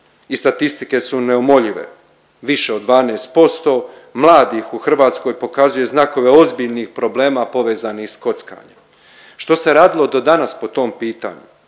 statistike su neumoljive, više od 12% mladih u Hrvatskoj pokazuje znakove ozbiljnih problema povezanih s kockanjem. Što se radilo do danas po tom pitanju?